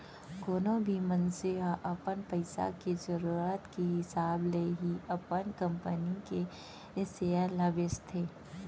कोनो भी मनसे ह अपन पइसा के जरूरत के हिसाब ले ही अपन कंपनी के सेयर ल बेचथे